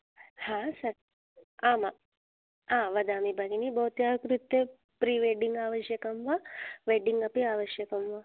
हा सत्यं आमां वदामि भगिनी भवत्याः कृते प्रिवेड्डिङ्ग् आवश्यकं वा वेड्डिङ्ग् अपि आवश्यकं वा